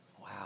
Wow